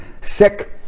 sick